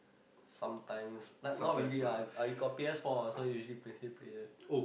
sometimes like not really lah I I got P_S four ah so I usually play play that